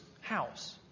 house